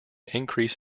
increase